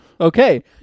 Okay